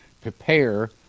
Prepare